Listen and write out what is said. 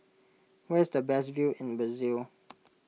where is the best view in Brazil